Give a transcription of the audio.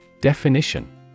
Definition